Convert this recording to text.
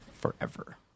forever